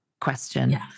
question